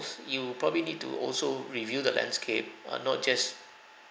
you probably need to also reveal the landscape uh not just